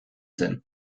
zen